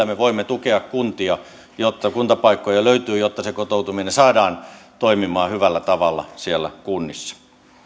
me voimme tukea kuntia jotta kuntapaikkoja löytyy jotta se kotoutuminen saadaan toimimaan hyvällä tavalla siellä kunnissa